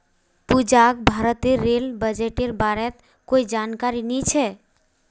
पूजाक भारतेर रेल बजटेर बारेत कोई जानकारी नी छ